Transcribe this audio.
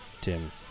Tim